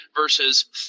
versus